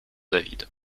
david